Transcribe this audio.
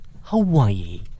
Hawaii